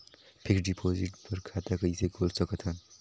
Fixed deposit बर खाता कइसे खोल सकत हन?